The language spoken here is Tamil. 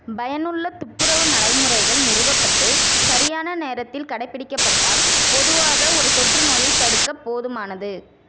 பயனுள்ள துப்புரவு நடைமுறைகள் நிறுவப்பட்டு சரியான நேரத்தில் கடைபிடிக்கப்பட்டால் பொதுவாக ஒரு தொற்றுநோயை தடுக்க போதுமானது